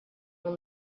will